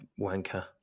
wanker